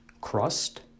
crust